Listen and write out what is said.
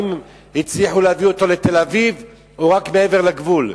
האם הצליחו להביא אותו לתל-אביב או רק מעבר לגבול?